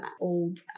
old